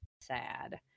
sad